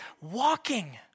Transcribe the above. walking